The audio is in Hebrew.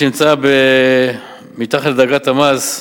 למי שנמצא מתחת לדרגת המס,